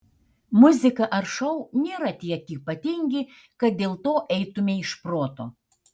muzika ar šou nėra tiek ypatingi kad dėl to eitumei iš proto